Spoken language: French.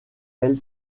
elle